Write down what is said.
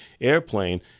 airplane